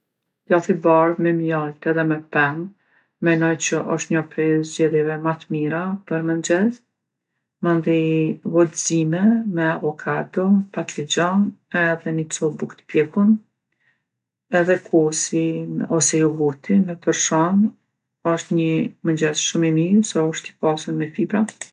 Djathi bardhë me mjaltë edhe me pemë menoj që osht njo prej zgjedhjeve ma t'mira për mengjez. Mandej vo t'zime me avokado, patligjon edhe ni copë buke t'pjekun, edhe kosin ose jogurtin me tërshan osht ni mengjez shumë i mirë se osht i pasun me fibra.